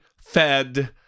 fed